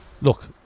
look